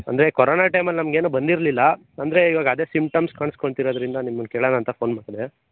ಅಂದರೆ ಕೊರೊನಾ ಟೈಮಲ್ಲಿ ನಮಗೇನು ಬಂದಿರಲಿಲ್ಲ ಅಂದರೆ ಇವಾಗ ಅದೇ ಸಿಮ್ಟಮ್ಸ್ ಕಾಣಿಸ್ಕೋತಿರೋದ್ರಿಂದ ನಿಮ್ಮನ್ನ ಕೇಳೋಣ ಅಂತ ಫೋನ್ ಮಾಡಿದೆ